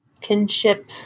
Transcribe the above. kinship